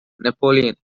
napoleon